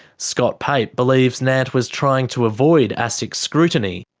scott pape believes nant was trying to avoid asic scrutiny.